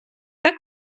так